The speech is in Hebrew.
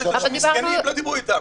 מקומות קדושים, לא דיברו אתם.